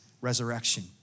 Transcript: resurrection